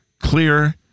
clear